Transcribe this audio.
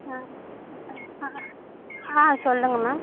ஆ ஆ ஆ சொல்லுங்கள் மேம்